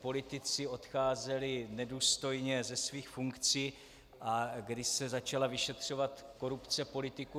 politici odcházeli nedůstojně ze svých funkcí a kdy se začala vyšetřovat korupce politiků.